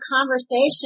conversation